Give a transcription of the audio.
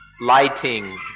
lighting